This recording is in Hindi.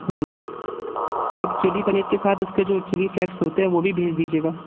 तो आप चिली पनीर के साथ उसका जो चिली फलैक्स होते हैं वो भी भेज दीजिएगा